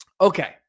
Okay